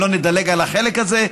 לא נדלג על החלק הזה,